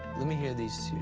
let me hear these